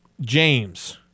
James